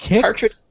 cartridge